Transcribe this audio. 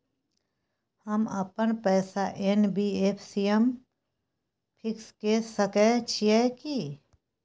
हम अपन पैसा एन.बी.एफ.सी म फिक्स के सके छियै की?